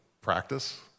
practice